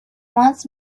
wants